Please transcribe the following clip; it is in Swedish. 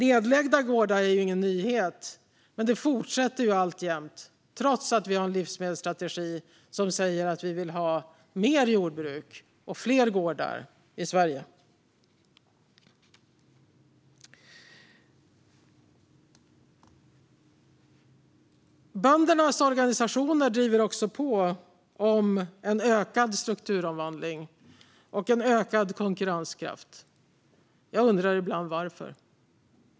Nedlagda gårdar är ju ingen nyhet, men det fortsätter alltjämt trots att vi har en livsmedelsstrategi som säger att vi vill ha mer jordbruk och fler gårdar i Sverige. Böndernas organisationer driver också på för en ökad strukturomvandling och en ökad konkurrenskraft. Jag undrar ibland varför.